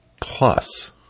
Plus